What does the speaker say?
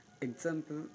Example